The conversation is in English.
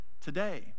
today